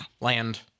land